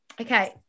Okay